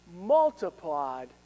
multiplied